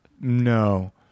no